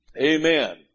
Amen